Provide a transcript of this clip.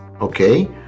Okay